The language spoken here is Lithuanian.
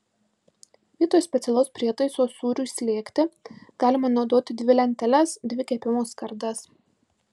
vietoj specialaus prietaiso sūriui slėgti galima naudoti dvi lenteles dvi kepimo skardas